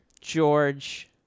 George